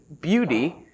beauty